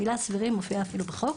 המילה סבירים מופיעה אפילו בחוק,